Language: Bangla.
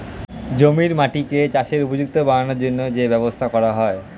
জমির মাটিকে চাষের উপযুক্ত বানানোর জন্যে যে ব্যবস্থা করা হয়